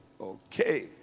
Okay